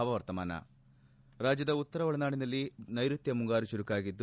ಹವಾ ವರ್ತಮಾನ ರಾಜ್ಯದ ಉತ್ತರ ಒಳನಾಡಿನಲ್ಲಿ ನೈರುತ್ಯ ಮುಂಗಾರು ಚುರುಕಾಗಿತ್ತು